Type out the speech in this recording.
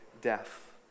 death